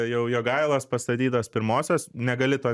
jau jogailos pastatytos pirmosios negali to